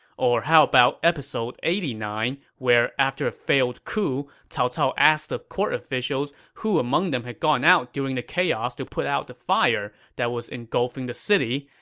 or how about episode eighty nine, where, after a failed coup, cao cao asked the court officials who among them had gone out during the chaos to help put out the fire that was engulfing the city,